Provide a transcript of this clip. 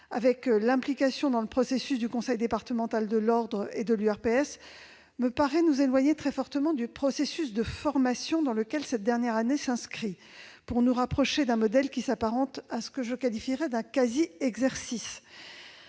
avec l'implication dans le dispositif du conseil départemental de l'ordre des médecins et de l'URPS, nous éloigne à mon sens du processus de formation dans lequel cette dernière année s'inscrit, pour nous rapprocher d'un modèle qui s'apparente à ce que je qualifierai d'un quasi-exercice.